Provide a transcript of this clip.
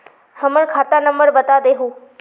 हमर खाता नंबर बता देहु?